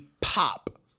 pop